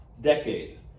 decade